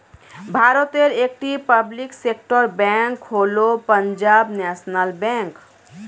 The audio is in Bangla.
ভারতের একটি পাবলিক সেক্টর ব্যাঙ্ক হল পাঞ্জাব ন্যাশনাল ব্যাঙ্ক